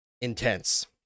intense